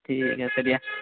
ঠিক আছে দিয়া